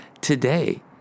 today